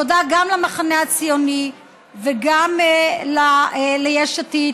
תודה גם למחנה הציוני וגם ליש עתיד,